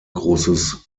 großes